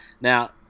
Now